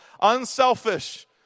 unselfish